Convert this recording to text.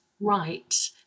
right